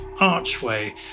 archway